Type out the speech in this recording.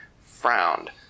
frowned